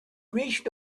reached